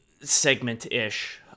segment-ish